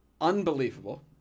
unbelievable